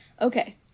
Okay